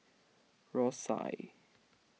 Rosyth